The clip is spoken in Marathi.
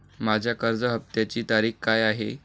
माझ्या कर्ज हफ्त्याची तारीख काय आहे?